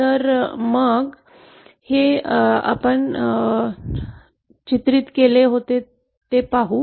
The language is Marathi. तर मग हे कसे चित्रित होते ते पाहू